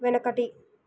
వెనకటి